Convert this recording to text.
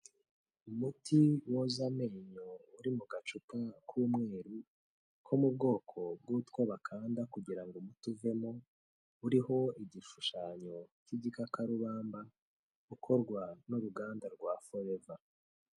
Umuti woza amenyo uri mu gacupa k'umweru ko mu bwoko bw'utwo bakanda kugira ngo umutu uvemo, uriho igishushanyo cy'igikakarubamba, ukorwa n'uruganda rwa Forever.